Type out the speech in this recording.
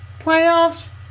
Playoffs